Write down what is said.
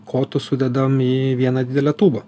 kotus sudedam į vieną didelę tūbą